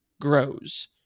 grows